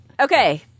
Okay